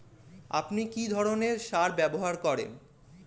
আপনি কী ধরনের সার ব্যবহার করেন?